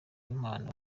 impano